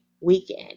weekend